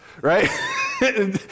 right